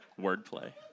Wordplay